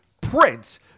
Prince